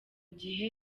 gihe